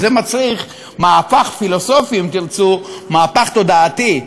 זה מצריך מהפך פילוסופי, אם תרצו, מהפך תודעתי.